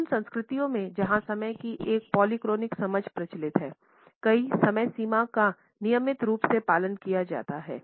उन संस्कृतियों में जहां समय की एक पॉलीक्रोनिक समझ प्रचलित है कई समयसीमा का नियमित रूप से पालन किया जाता है